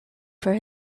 for